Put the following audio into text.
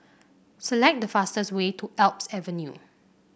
select the fastest way to Alps Avenue